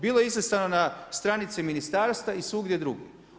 Bilo je izlistano na stranici ministarstva i svugdje druge.